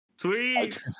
Sweet